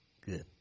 Good